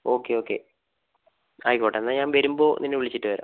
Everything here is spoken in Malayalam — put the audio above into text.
ഓക്കേ ഓക്കേ ആയിക്കോട്ടേ എന്നാൽ ഞാൻ വരുമ്പോൾ നിന്നെ വിളിച്ചിട്ട് വരാം